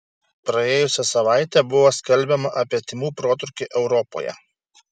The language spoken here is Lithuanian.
praėjusią savaitę buvo skelbiama apie tymų protrūkį europoje